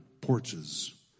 porches